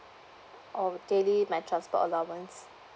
or daily my transport allowance